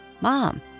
Mom